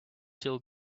still